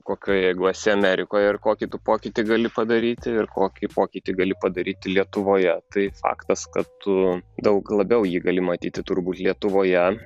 kokioj jeigu esi amerikoj ir kokį tu pokytį gali padaryti ir kokį pokytį gali padaryti lietuvoje tai faktas kad tu daug labiau jį gali matyti turbūt lietuvoje